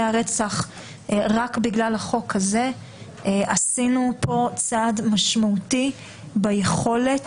הרצח רק בגלל החוק הזה עשינו פה צעד משמעותי ביכולת